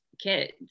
kids